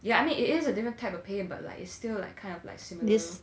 yeah I mean it is a different type of pain but like it's still like kind of like similar